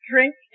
Drink